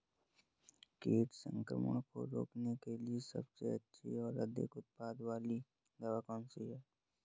कीट संक्रमण को रोकने के लिए सबसे अच्छी और अधिक उत्पाद वाली दवा कौन सी है?